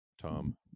Tom